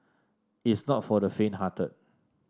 it's not for the fainthearted